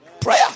prayer